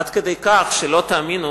עד כדי כך שלא תאמינו,